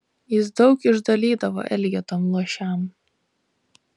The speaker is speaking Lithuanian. jis daug išdalydavo elgetom luošiam